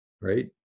right